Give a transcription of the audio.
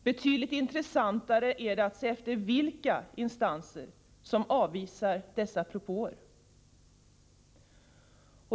Betydligt intressantare är att se efter vilka instanser som avvisar dessa propåer.